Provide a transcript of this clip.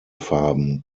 farben